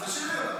אז תשאיר לי אותן.